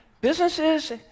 Businesses